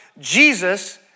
Jesus